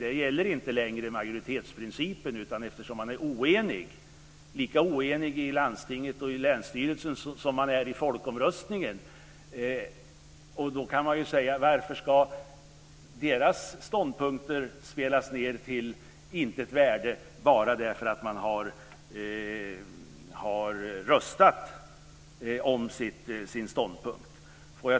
Där gäller inte längre majoritetsprincipen eftersom man är lika oenig i landstinget och i länsstyrelsen som vid folkomröstningen. Men varför ska deras ståndpunkter så att säga spelas ned till intet värde bara därför att man har röstat om sin ståndpunkt?